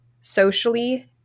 socially